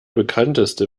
bekannteste